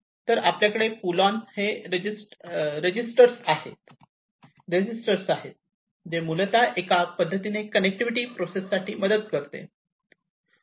तर आपल्याकडे हे पुल ऑन हे रजिस्टर्स आहे जे मूलतः एका विशिष्ट पद्धतीने कनेक्टिविटी प्रोसेस साठी मदत करते